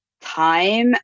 time